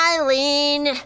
Eileen